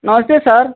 नमस्ते सर